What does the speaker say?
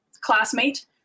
classmate